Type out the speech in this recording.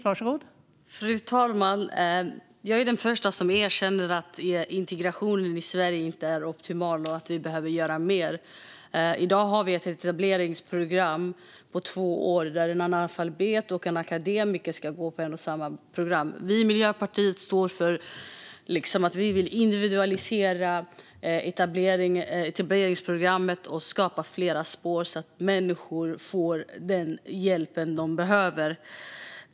Fru talman! Jag är den första att erkänna att integrationen i Sverige inte är optimal och att vi behöver göra mer. I dag har vi ett etableringsprogram på två år där en analfabet och en akademiker ska gå ett och samma program. Vi i Miljöpartiet vill individualisera etableringsprogrammet och skapa fler spår, så att människor får den hjälp de behöver.